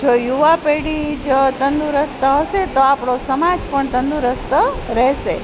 જો યુવા પેઢી જ તંદુરસ્ત હશે તો આપણો સમાજ પણ તંદુરસ્ત રહેશે